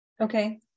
Okay